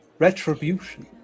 Retribution